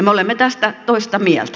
me olemme tästä toista mieltä